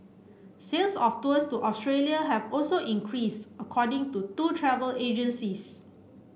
sales of tours to Australia have also increased according to two travel agencies